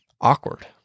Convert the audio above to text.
awkward